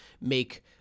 make